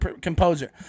composer